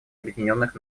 объединенных